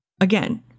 Again